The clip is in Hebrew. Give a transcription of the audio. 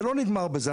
זה לא נגמר בזה.